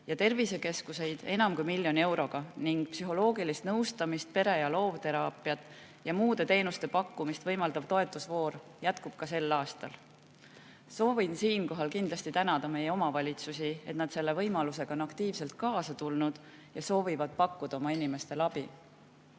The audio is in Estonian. ja tervisekeskuseid enam kui miljoni euroga ning psühholoogilist nõustamist, pere‑ ja loovteraapiat ja muude teenuste pakkumist võimaldav toetusvoor jätkub ka sel aastal. Soovin siinkohal kindlasti tänada meie omavalitsusi, et nad selle võimalusega on aktiivselt kaasa tulnud ja soovivad pakkuda oma inimestele abi.